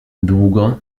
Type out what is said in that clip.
długo